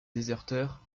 déserteur